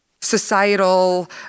societal